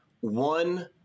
one